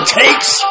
takes